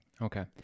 Okay